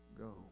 go